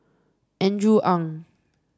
Andrew Ang